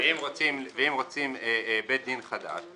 -- ואם רוצים בית דין חדש,